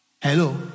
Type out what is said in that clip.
hello